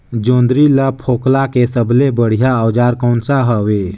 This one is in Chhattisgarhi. जोंदरी ला फोकला के सबले बढ़िया औजार कोन सा हवे?